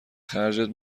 خرجت